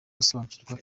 gusobanukirwa